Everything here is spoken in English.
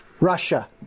Russia